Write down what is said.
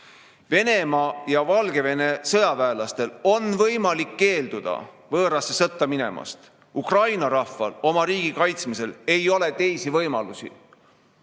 Venemaa ja Valgevene sõjaväelastel on võimalik keelduda võõrasse sõtta minemast. Ukraina rahval oma riigi kaitsmisel ei ole teisi võimalusi. Eesti